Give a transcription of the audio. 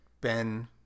Ben